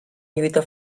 lluita